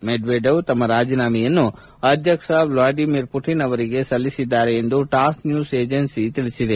Medvedev ಅವರು ತಮ್ಮ ರಾಜೀನಾಮೆಯನ್ನು ಅಧ್ಯಕ್ಷ ವ್ಲಾಡಿಮಿರ್ ಪುಟಿನ್ ಅವರಿಗೆ ಸಲ್ಲಿಸಿದ್ದಾರೆ ಎಂದು ಟಾಸ್ ನ್ಯೂಸ್ ಏಜೆನ್ಪೀಸ್ ತಿಳಿಸಿದೆ